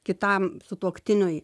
kitam sutuoktiniui